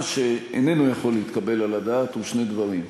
מה שאיננו יכול להתקבל על הדעת זה שני דברים: